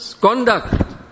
conduct